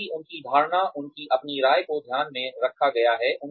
क्योंकि उनकी धारणा उनकी अपनी राय को ध्यान में रखा गया है